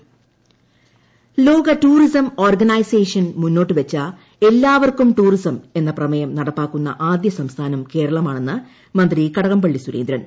tourism Kadakampally ലോക tourism organisation മുന്നോട്ടുവെച്ച എല്ലാവർക്കും ടൂറിസം എന്ന പ്രമേയം നടപ്പാക്കുന്ന ആദ്യ സംസ്ഥാനം കേരളമാണെന്ന് മന്ത്രി കടകംപള്ളി സുരേന്ദ്രൻ